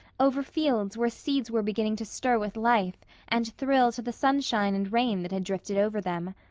over fields where seeds were beginning to stir with life and thrill to the sunshine and rain that had drifted over them.